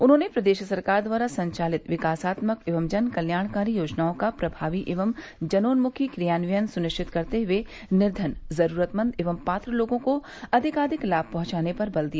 उन्होंने प्रदेश सरकार द्वारा संचालित विकासात्मक एवं जनकल्याणकारी योजनाओं का प्रमावी एवं जनोन्मुखी क्रियान्वयन सुनिश्चित करते हुए निर्धन जरूरतमंद एवं पात्र लोगों को अधिकाधिक लाभ पहुंचाने पर बल दिया